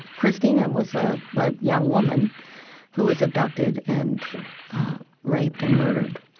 christina was a but young woman who was abducted and raped and murdered